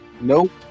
Nope